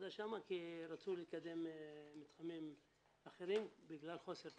רצו לקדם מתחמים אחרים בגלל חוסר תקציב,